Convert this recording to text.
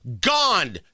gone